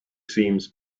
seems